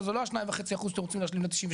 זה לא ה-2.5% שאתם רוצים להשלים ל-98,